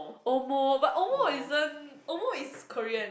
omo but omo isn't omo is Korean